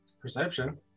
Perception